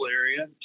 area